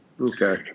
Okay